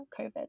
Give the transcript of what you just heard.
covid